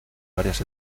varias